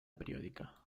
periódica